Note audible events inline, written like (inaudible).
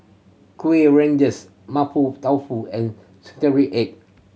Kuih Rengas Mapo Tofu and (unintelligible) egg